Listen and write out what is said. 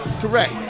Correct